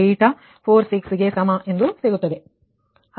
3846 ಸಮ ಎಂದು ಸಿಗುತ್ತದೆ